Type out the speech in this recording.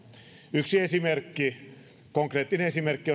yksi esimerkki konkreettinen esimerkki